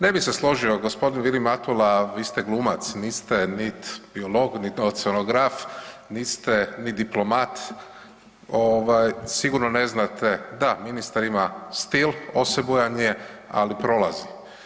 Ne bih se složio, g. Vilim Matula, vi ste glumac, niste niti biolog niti oceanograf, niste ni diplomat, ovaj, sigurno ne znate, da, ministar ima stil, osebujan je, ali prolazi.